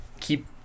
Keep